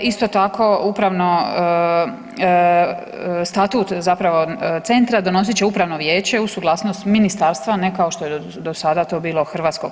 Isto tako upravno, statut zapravo centra donosit će upravno vijeće uz suglasnost ministarstva, ne kao što je do sada to bilo HS.